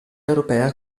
europea